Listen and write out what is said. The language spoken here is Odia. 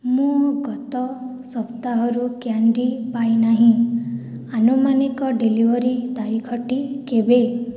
ମୁଁ ଗତ ସପ୍ତାହରୁ କ୍ୟାଣ୍ଡି ପାଇନାହିଁ ଆନୁମାନିକ ଡେଲିଭରି ତାରିଖଟି କେବେ